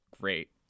great